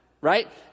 Right